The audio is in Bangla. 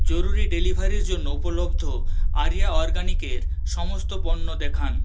জরুরি ডেলিভারির জন্য উপলব্ধ আরিয়া অরগ্যানিকের সমস্ত পণ্য দেখান